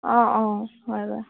অঁ অঁ হয় বাৰু